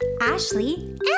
Ashley